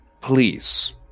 please